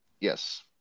Yes